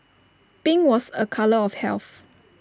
pink was A colour of health